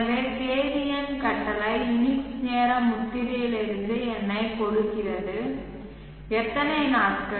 எனவே தேதி எண் கட்டளை யுனிக்ஸ் நேர முத்திரையிலிருந்து எண்ணைக் கொடுக்கிறது எத்தனை நாட்கள்